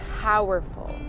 powerful